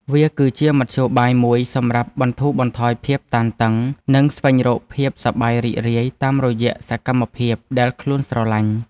វាគឺជាមធ្យោបាយមួយសម្រាប់បន្ធូរបន្ថយភាពតានតឹង និងស្វែងរកភាពសប្បាយរីករាយតាមរយៈសកម្មភាពដែលខ្លួនស្រឡាញ់។